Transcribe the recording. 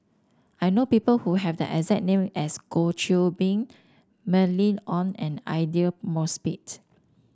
I know people who have the exact name as Goh Qiu Bin Mylene Ong and Aidli Mosbit